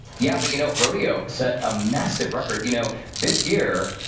yeah but you know rodeo set a massive record. you know this year,